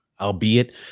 Albeit